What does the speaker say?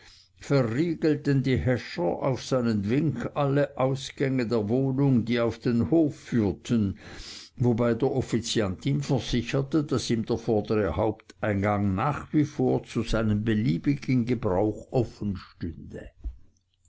verriegelten die häscher auf seinen wink alle ausgänge der wohnung die auf den hof führten wobei der offiziant ihm versicherte daß ihm der vordere haupteingang nach wie vor zu seinem beliebigen gebrauch